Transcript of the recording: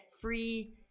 free